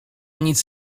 nic